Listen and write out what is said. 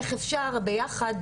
איך אפשר ביחד,